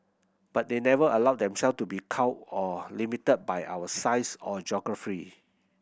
but they never allowed them self to be cowed or limited by our size or geography